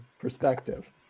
perspective